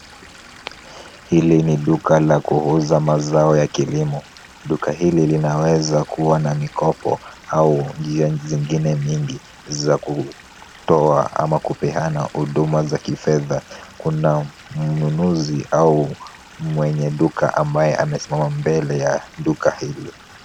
Hili ni duka la kuuza mazao ya kilimo. Duka hili linaweza kuwa na mikopo au njia zingine nyingi za kutoa ama kupeana huduma za kifedha. Kuna mnunuzi au mwenye duka ambaye amesimama mbele ya duka hili.